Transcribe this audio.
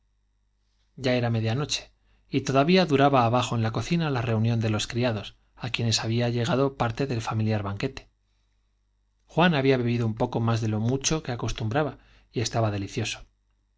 ya era media noche y todavía duraba abajo en la cocina la reunión de los criados á quienes había lle gado parte del familiar banquete juan había bebido un poco más de lo mucho que acostumbraba y estaba delicioso